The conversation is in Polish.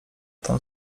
tam